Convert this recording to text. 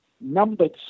numbered